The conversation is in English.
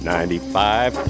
Ninety-five